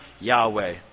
Yahweh